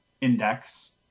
index